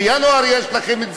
בינואר יש לכם.